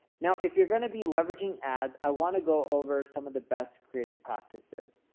now, if you're going to be leveraging ads, i want to go over some of the best creative practices.